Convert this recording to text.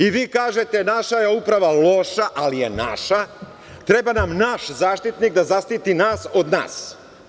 I vi kažete - naša je uprava loša, ali je naša, treba nam naš Zaštitnik da zaštiti nas od nas.